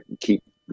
keep